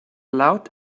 loud